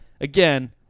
again